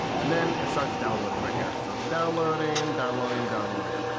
and then it starts downloading right here. so it's downloading, downloading, downloading.